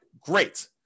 great